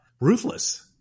ruthless